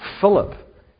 Philip